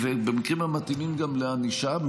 ובמקרים המתאימים גם לענישה,